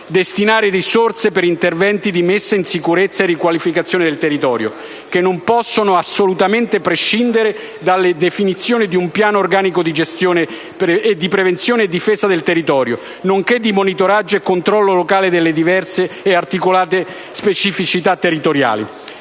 destinare risorse per interventi di messa in sicurezza e riqualificazione del territorio, che non possono assolutamente prescindere dalla definizione di un piano organico di gestione, prevenzione e difesa del territorio nonché di monitoraggio e controllo locale delle diverse e articolate specificità territoriali.